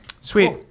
Sweet